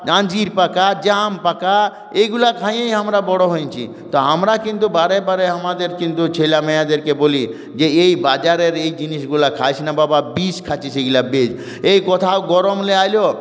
আঞ্জির পাকা জাম পাকা এইগুলো খেয়েই আমরা বড় হয়েছি তো আমরা কিন্তু বারে বারে আমাদের কিন্তু ছেলেমেয়েদেরকে বলি যে এই বাজারের এই জিনিসগুলো খাস না বাবা বিষ খাচ্ছিস এগুলো বিষ এই কোথায় গরম নিয়ে এল